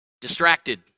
distracted